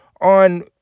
On